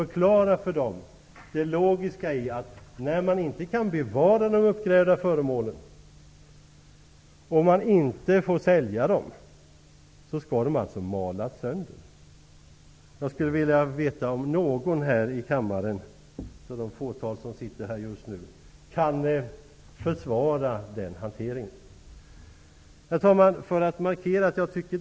Förklara det logiska i att man mal sönder de uppgrävda föremålen när de inte kan bevaras och inte får säljas! Jag skulle vilja veta om någon av de få som just nu sitter här i kammaren kan försvara den hanteringen. Herr talman!